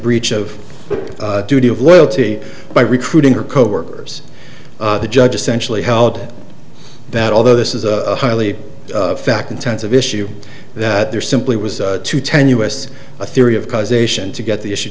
breach of duty of loyalty by recruiting her coworkers the judge essentially held that although this is a highly fact intensive issue that there simply was too tenuous a theory of causation to get the issue